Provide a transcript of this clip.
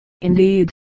indeed